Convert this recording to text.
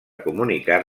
comunicar